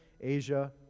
Asia